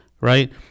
right